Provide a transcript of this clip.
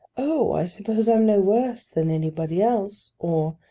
oh! i suppose i'm no worse than anybody else or,